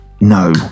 No